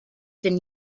than